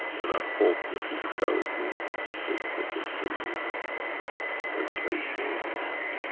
and i hope the physicality takes second place that it carries no emotion.